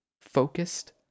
focused